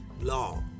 law